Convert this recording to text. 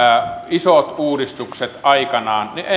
isot uudistukset aikanaan niin